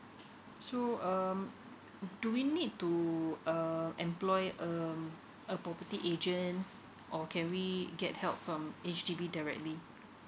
so um do we need to uh employ um a property agent or can we get help um H_D_B directly